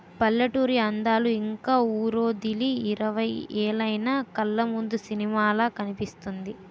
పల్లెటూరి అందాలు ఇంక వూరొదిలి ఇరవై ఏలైన కళ్లముందు సినిమాలా కనిపిస్తుంది